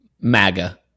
maga